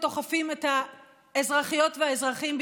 וכל מיני תופעות אחרות,